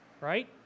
right